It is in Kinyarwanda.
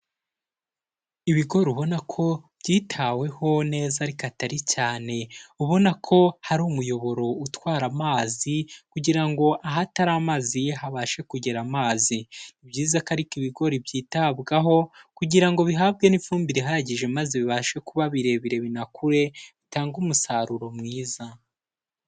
Ibigori ubona ko byitaweho neza ariko atari cyane, ubona ko hari umuyoboro utwara amazi kugira ngo ahatari amazi habashe kugera amazi. Ni byiza ko ariko ibigori byitabwaho kugira ngo bihabwe n'ifumbire ihagije maze bibashe kuba birebire binakure bitange umusaruro mwiza.